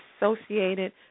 associated